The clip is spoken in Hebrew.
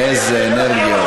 איזה אנרגיות.